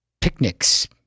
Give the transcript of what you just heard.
picnics